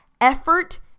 effort